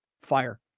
fire